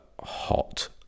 hot